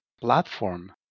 platform